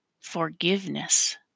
forgiveness